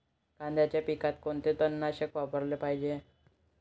कांद्याच्या पिकात कोनचं तननाशक वापराले पायजे?